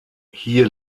hier